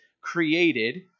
created